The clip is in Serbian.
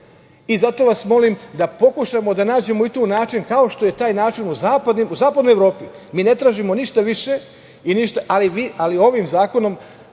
i zato vas molim da pokušamo da nađemo i tu način kao što je taj način u zapadnoj Evropi. Ne tražimo ništa više, ali ovim zakonom